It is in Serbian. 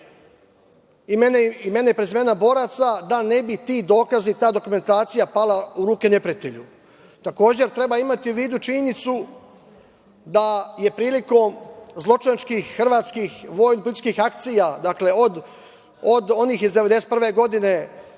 imena i prezimena boraca, da ne bi ti dokazi i ta dokumentacija pala u ruke neprijatelju. Takođe, treba imati u vidu činjenicu da je prilikom zločinačkih, hrvatskih, vojnih akcija, dakle od onih iz 1991. godine